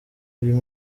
uyu